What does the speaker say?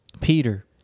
Peter